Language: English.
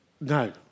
No